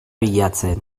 bilatzen